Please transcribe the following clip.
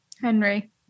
Henry